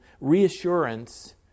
reassurance